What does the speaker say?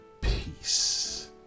peace